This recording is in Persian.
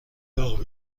داغ